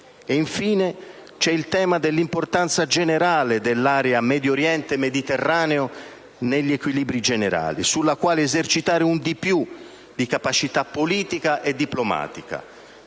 Infine, c'è il tema dell'importanza generale dell'area Medio Oriente-Mediterraneo negli equilibri generali, su cui esercitare un di più di capacità politica e diplomatica.